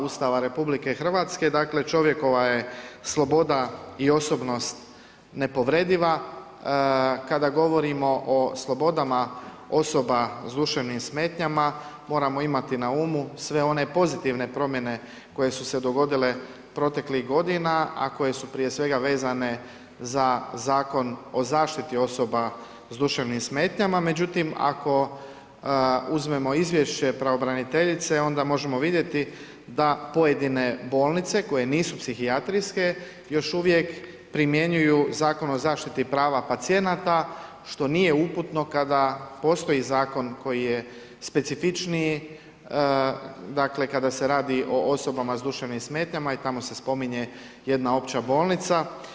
Ustava RH, dakle čovjekova je sloboda i osobnost nepovrediva, kada govorimo o slobodama osoba s duševnim smetnjama, moramo imati na umu sve one pozitivne promjene koje su se dogodile proteklih godina, a koje su prije svega vezane za Zakon o zaštiti osoba s duševnim smetnjama, međutim ako uzmemo izvješće pravobraniteljice, onda možemo vidjeti da pojedine bolnice, koje nisu psihijatrijske, još uvijek primjenjuju Zakon o zaštiti prava pacijenata, što nije uputno kada postoji zakon koji je specifičniji, dakle kada se radi o osobama s duševnim smetnjama i tamo se spominje jedna opća bolnica.